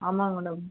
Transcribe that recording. ஆமாம் மேடம்